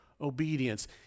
obedience